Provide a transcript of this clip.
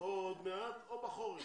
או עוד מעט, או בחורף.